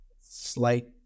slight